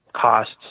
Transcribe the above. Costs